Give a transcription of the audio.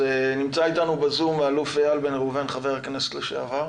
נמצא איתנו האלוף איל בן ראובן, חבר הכנסת לשעבר.